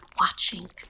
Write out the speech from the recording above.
watching